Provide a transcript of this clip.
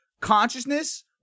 consciousness